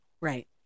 Right